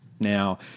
now